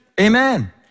Amen